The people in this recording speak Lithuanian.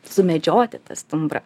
sumedžioti tą stumbrą